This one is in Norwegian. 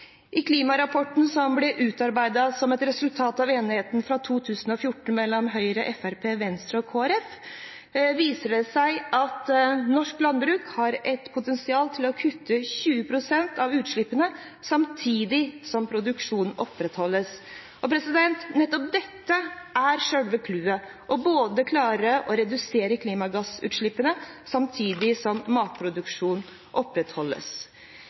I klimarapporten som ble utarbeidet som et resultat av enigheten fra 2014, mellom Høyre, Fremskrittspartiet, Venstre og Kristelig Folkeparti, viser det seg at norsk landbruk har et potensial til å kutte 20 pst. av utslippene samtidig som produksjonen opprettholdes. Nettopp dette er selve clouet: å klare å redusere klimagassutslippene samtidig som matproduksjonen opprettholdes.